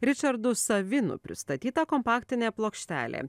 ričardu savinu pristatyta kompaktinė plokštelė